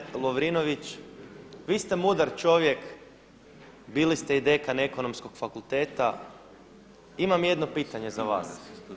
Gospodine Lovrinović, vi ste mudar čovjek, bili ste i dekan Ekonomskog fakulteta, imam jedno pitanje za vas.